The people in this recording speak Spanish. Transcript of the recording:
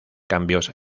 cambios